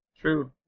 true